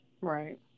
Right